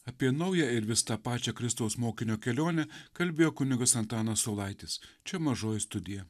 apie naują ir vis tą pačią kristaus mokinio kelionę kalbėjo kunigas antanas saulaitis čia mažoji studija